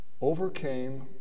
overcame